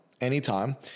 Anytime